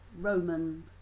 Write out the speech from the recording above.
Roman